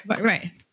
Right